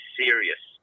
serious